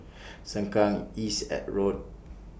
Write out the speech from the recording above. Sengkang East At Road